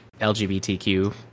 LGBTQ